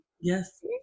Yes